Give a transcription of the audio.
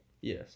Yes